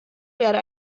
werde